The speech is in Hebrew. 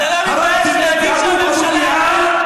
אתה לא מתבייש להגיד שהממשלה הרגה?